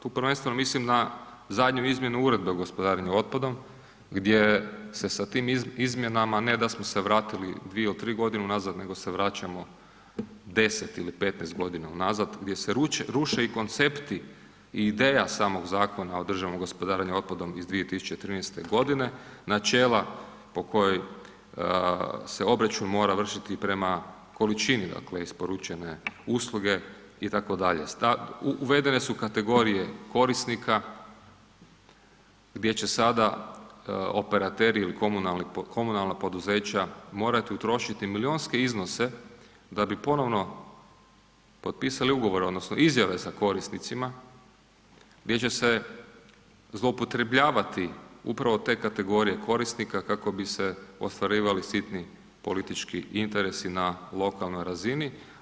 Tu prvenstveno mislim na zadnju izmjenu Uredbe gospodarenje otpadom gdje se sa tim izmjenama ne da smo se vratili dvije ili tri godine unazad nego se vraćamo 10 ili 15 godina unazad gdje se ruše i koncepti i ideja samog Zakona o održivom gospodarenju otpadom iz 2013. godine, načela po kojoj se obračun mora vršiti prema količini isporučene usluge itd., uvedene su kategorije korisnika gdje će sada operateri ili komunalna poduzeća morati utrošiti milijunske iznose da bi ponovno potpisali ugovor odnosno izjave sa korisnicima gdje će se zloupotrebljavati upravo te kategorije korisnika kako bi se ostvarivali sitni politički interesi na lokalnoj razini.